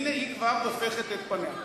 הנה היא כבר הופכת את פניה.